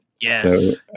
Yes